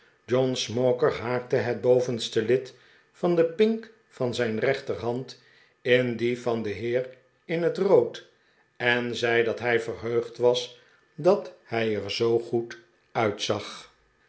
john smauker haakte het bovenste lid van de pink van zijn rechterhand in die van den heer in het rood en zei dat hij verheugd was dat hij er zoo goed uitzag